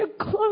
close